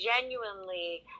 genuinely